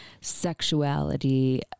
sexuality